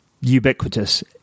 ubiquitous